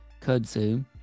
Kudzu